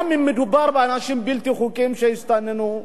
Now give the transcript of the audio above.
גם אם מדובר באנשים בלתי חוקיים, שהסתננו,